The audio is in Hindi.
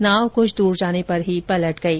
नाव कुछ दूर जाने पर ही पलट गई